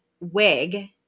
wig